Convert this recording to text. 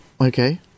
Okay